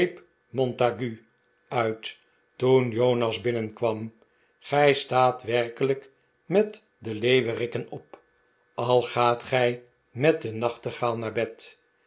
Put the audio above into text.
montague uit toen jonas binnenkwam gij staat werkelijk met de leeuweriken op al gaat gij met den nachtegaal naar bed